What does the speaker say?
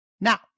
Now